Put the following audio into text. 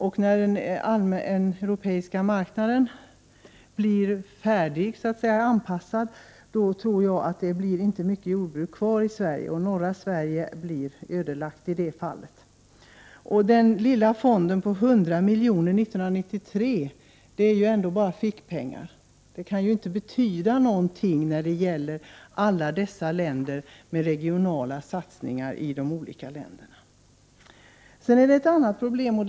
När anpassningen till den europeiska marknaden är färdig, tror jag att det inte blir mycket jordbruk kvar i Sverige. Norra Sverige blir ödelagt. Den lilla fonden på 100 miljoner år 1993 är ändå bara fickpengar. Det kan inte betyda någonting för alla dessa länder med regionala satsningar i de egna länderna. Men det finns också ett annat problem här.